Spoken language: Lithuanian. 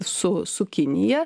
su su kinija